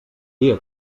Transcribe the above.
dia